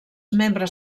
membres